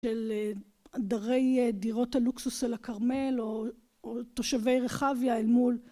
של דרי דירות הלוקסוס על הכרמל או תושבי רחביה אל מול